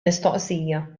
mistoqsija